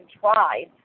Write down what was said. tried